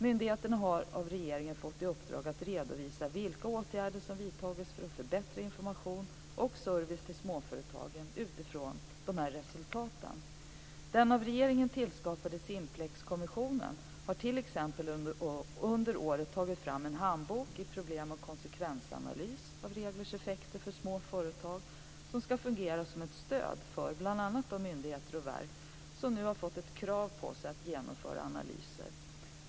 Myndigheterna har av regeringen fått i uppdrag att redovisa vilka åtgärder som vidtagits för att förbättra information och service till småföretag utifrån undersökningens resultat. Den av regeringen tillskapade Simplexkommissionen har t.ex. under året tagit fram en handbok i problem och konsekvensanalys av reglers effekter för små företag, som ska fungera som ett stöd för bl.a. de myndigheter och verk som nu har fått ett krav på sig att genomföra dessa analyser.